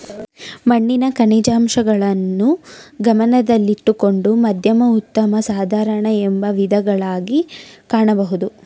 ಮಣ್ಣಿನ ಖನಿಜಾಂಶಗಳನ್ನು ಗಮನದಲ್ಲಿಟ್ಟುಕೊಂಡು ಮಧ್ಯಮ ಉತ್ತಮ ಸಾಧಾರಣ ಎಂಬ ವಿಧಗಳಗಿ ಕಾಣಬೋದು